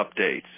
updates